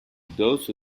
those